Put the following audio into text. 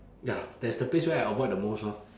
ya that's the place where I avoid the most orh